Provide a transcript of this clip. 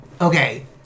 Okay